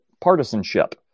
partisanship